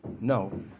No